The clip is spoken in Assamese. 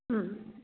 ও